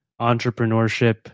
entrepreneurship